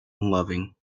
unloving